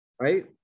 right